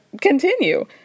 continue